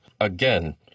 Again